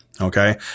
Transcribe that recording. okay